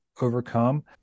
overcome